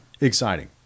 Exciting